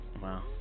wow